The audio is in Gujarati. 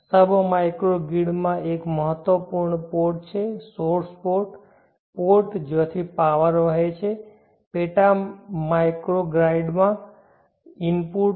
સબ માઇક્રોગ્રિડમાં એક મહત્વપૂર્ણ પોર્ટ છે સોર્સ પોર્ટ પોર્ટ જ્યાંથી પાવર વહે છે પેટા માઇક્રોગ્રાઇડમાં ઇનપુટ